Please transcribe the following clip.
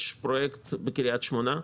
יש פרויקט בקריית שמונה.